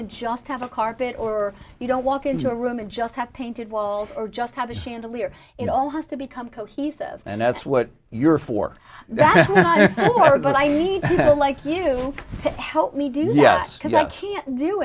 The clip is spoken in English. and just have a carpet or you don't walk into a room and just have painted walls or just have a chandelier it all has to become cohesive and that's what you're for that but i need to like you to help me do yes because i can't do